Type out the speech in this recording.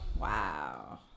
wow